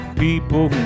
people